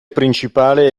principale